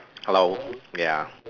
hello ya